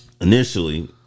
initially